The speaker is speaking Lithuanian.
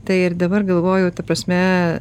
tai ir dabar galvoju ta prasme